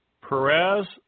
Perez